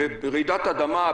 ברעידת אדמה,